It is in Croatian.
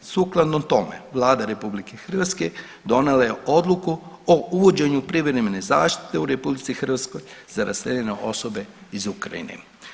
Sukladno tome Vlada RH donijela je odluku o uvođenju privremene zaštite u RH za raseljene osobe iz Ukrajine.